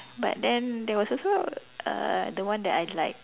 but then there was also uh the one that I like